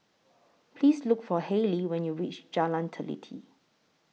Please Look For Hailey when YOU REACH Jalan Teliti